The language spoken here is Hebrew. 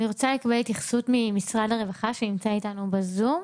אני רוצה לקבל התייחסות ממשרד הרווחה שנמצא אתנו בזום,